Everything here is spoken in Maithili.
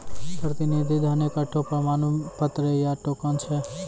प्रतिनिधि धन एकठो प्रमाण पत्र या टोकन छै